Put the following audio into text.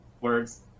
words